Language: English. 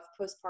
postpartum